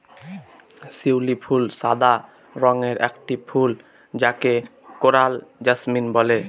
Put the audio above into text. শিউলি ফুল সাদা রঙের একটি ফুল যাকে কোরাল জাসমিন বলে